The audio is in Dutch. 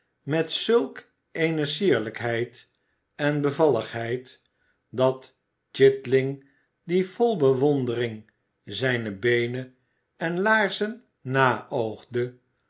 met zulk eene sierlijkheid en bevalligheid dat chitling die vol bewondering zijne beenen en laarzen naoogde